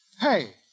Hey